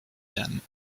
dames